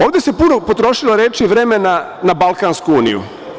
Ovde se puno potrošilo reči i vremena na Balkansku uniju.